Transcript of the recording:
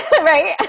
right